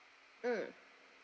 mm